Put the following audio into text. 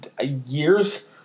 years